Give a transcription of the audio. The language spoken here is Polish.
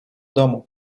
domu